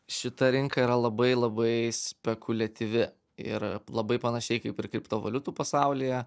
šita rinka yra labai labai spekuliatyvi ir labai panašiai kaip ir kriptovaliutų pasaulyje